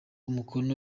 umukono